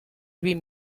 vint